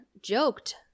joked